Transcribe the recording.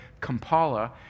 Kampala